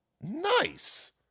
nice